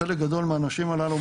חלק גדול מהאנשים הללו,